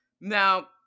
Now